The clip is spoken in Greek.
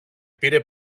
πήρε